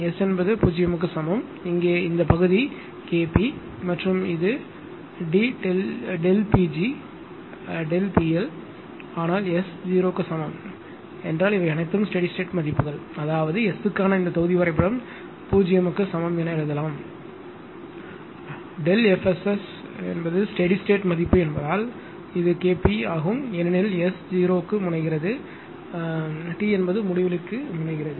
S என்பது 0 க்கு சமம் இங்கே இந்த பகுதி K p மற்றும் இது d Pg ΔP L ஆனால் S க்கு 0 சமம் என்றால் இவை அனைத்தும் ஸ்டெடி ஸ்டேட் மதிப்புகள் அதாவது S க்கான இந்த தொகுதி வரைபடம் 0 க்கு சமம் என எழுதலாம் ΔF SS என்பது ஸ்டெடி ஸ்டேட் மதிப்பு என்பதால் இது K p ஆகும் ஏனெனில் எஸ் 0 க்கு முனைகிறது என்றால் டி என்பது முடிவிலிக்கு முனைகிறது